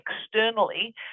externally